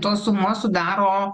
tos sumos sudaro